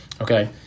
Okay